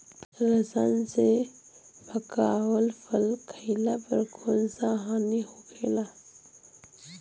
रसायन से पकावल फल खइला पर कौन हानि होखेला?